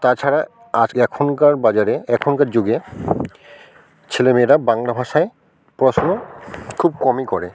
তাছাড়া আজকে এখনকার বাজারে এখনকার যুগে ছেলেমেয়েরা বাংলা ভাষায় পড়াশুনো খুব কমই করে